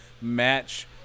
match